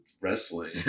wrestling